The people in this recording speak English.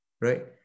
right